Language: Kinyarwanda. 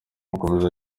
akomeza